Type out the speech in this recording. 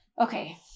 Okay